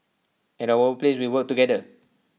at our work places we work together